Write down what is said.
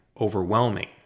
overwhelming